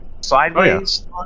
sideways